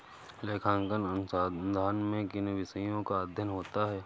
लेखांकन अनुसंधान में किन विषयों का अध्ययन होता है?